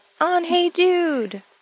on-hey-dude